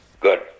Good